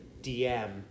DM